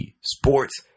Sports